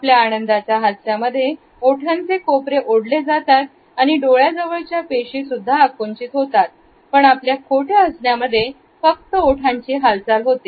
आपल्या आनंदाच्या हास्यामध्ये ओठांचे कोपरे ओढले जातात आणि डोळ्याजवळच्या पेशी सुद्धा आकुंचित होतात पण आपल्या खोट्या हसण्यामध्ये फक्त ओठांची हालचाल होते